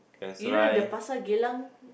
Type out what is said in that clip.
you know the Pasar-Geylang